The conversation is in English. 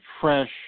fresh